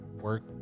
work